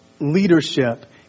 leadership